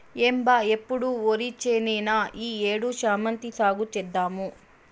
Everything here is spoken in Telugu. ఏం బా ఎప్పుడు ఒరిచేనేనా ఈ ఏడు శామంతి సాగు చేద్దాము